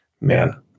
man